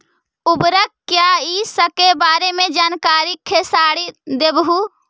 उर्वरक क्या इ सके बारे मे जानकारी खेसारी देबहू?